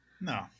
no